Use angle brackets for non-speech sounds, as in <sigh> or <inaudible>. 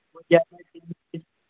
<unintelligible>